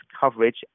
coverage